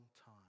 time